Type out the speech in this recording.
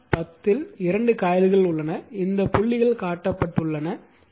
படம் 10 இல் 2 காயில்கள் உள்ளன இந்த புள்ளிகள் காட்டப்பட்டுள்ளன